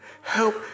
help